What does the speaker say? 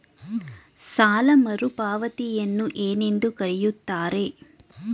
ಸಾಲ ಮರುಪಾವತಿಯನ್ನು ಏನೆಂದು ಕರೆಯುತ್ತಾರೆ?